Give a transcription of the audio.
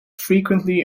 frequently